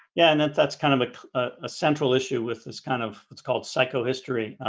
yeah and that's that's kind of of a central issue with this kind of what's called psycho history.